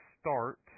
start